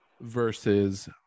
versus